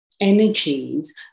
energies